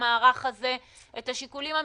יש היום רשתות של למעלה מ-4,000 מעבדות ברחבי העולם,